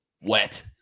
wet